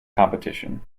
competition